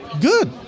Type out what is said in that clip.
Good